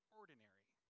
ordinary